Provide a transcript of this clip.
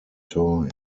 toy